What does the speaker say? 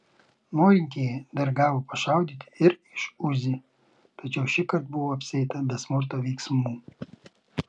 norintieji dar gavo pašaudyti ir iš uzi tačiau šįkart buvo apsieita be smurto veiksmų